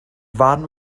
farn